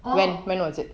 oo